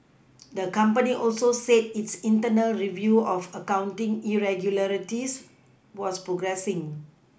the company also said its internal review of accounting irregularities was progressing